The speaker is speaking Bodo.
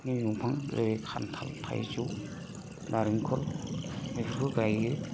दंफां ओरै खान्थाल थाइजौ नारेंखल बेफोरखौ गायो